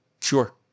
Sure